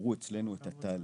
עברו אצלנו את התהליך,